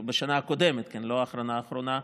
בשנה הקודמת, לא האחרונה האחרונה,